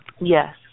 Yes